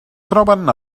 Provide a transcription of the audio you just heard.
troben